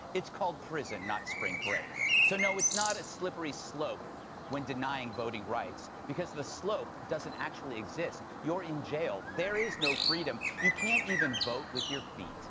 it's called prison, not spring break. so no, it's not a slippery slope when denying voting rights, because the slope doesn't actually exist. you're in jail. there is no freedom. you can't even vote with your feet